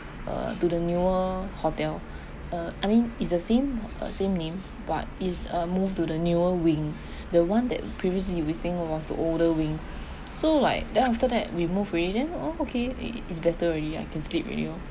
uh to the newer hotel uh I mean is the same uh same name but is uh move to the newer wing the one that previously we think was the older wing so like then after that we moved already then oh okay i~ is better already ah can sleep already loh